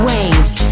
Waves